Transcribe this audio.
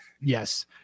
Yes